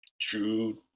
true